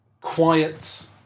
quiet